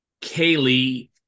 Kaylee